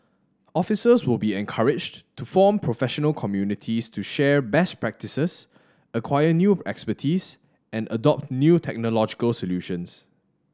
officers will be encouraged to form professional communities to share best practices acquire new expertise and adopt new technological solutions